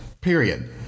Period